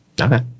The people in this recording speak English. Okay